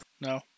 No